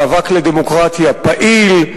מאבק לדמוקרטיה פעיל,